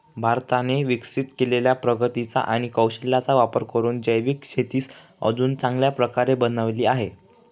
भारताने विकसित केलेल्या प्रगतीचा आणि कौशल्याचा वापर करून जैविक शेतीस अजून चांगल्या प्रकारे बनवले आहे